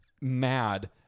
mad